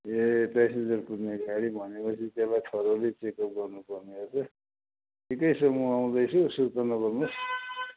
ए passenger कुद्ने गाडी भनेपछि त्यसलाई थोरोली चेकप गर्नु पर्ने हो के ठिकै छ म आउँदै छु सुर्ता नगर्नुहोस्